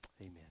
Amen